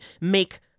make